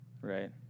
right